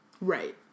Right